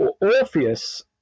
Orpheus